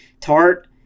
Tart